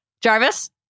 Jarvis